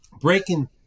breaking